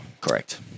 correct